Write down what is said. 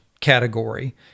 category